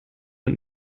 und